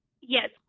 Yes